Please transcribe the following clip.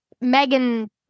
Megan